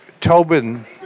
Tobin